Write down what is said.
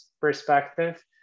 perspective